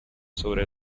sobre